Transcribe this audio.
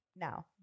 now